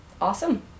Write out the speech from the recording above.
Awesome